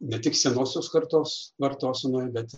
ne tik senosios kartos vartosenoje bet